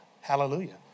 Hallelujah